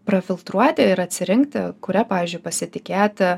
prafiltruoti ir atsirinkti kuria pavyzdžiui pasitikėti